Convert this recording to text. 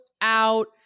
out